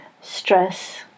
stress